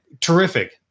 terrific